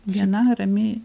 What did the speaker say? viena ramiai